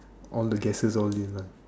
all the gases all these lah